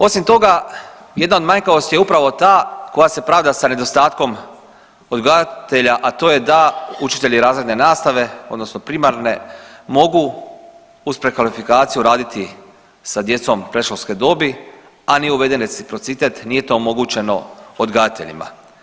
Osim toga jedna od manjkavosti je upravo ta koja se pravda sa nedostatkom odgajatelja, a to je da učitelji razredne nastave odnosno primarne mogu uz prekvalifikaciju raditi sa djecom predškolske dobi, a niti uveden reciprocitet nije to omogućeno odgajateljima.